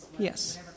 Yes